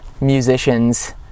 musicians